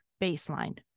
baseline